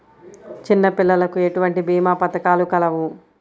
చిన్నపిల్లలకు ఎటువంటి భీమా పథకాలు కలవు?